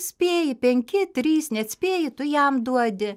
spėji penki trys neatspėji tu jam duodi